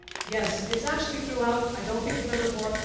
yes, it's actually throughout, i don't think it's number four.